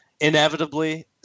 Inevitably